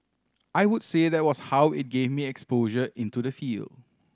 I would say that was how it gave me exposure into the field